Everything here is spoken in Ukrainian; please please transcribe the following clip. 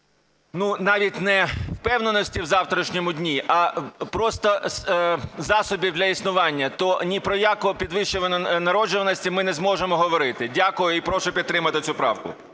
ну, навіть не впевненості в завтрашньому дні, а просто засобів для існування, то ні про яке підвищення народжуваності ми не зможемо говорити. Дякую. І прошу підтримати цю правку.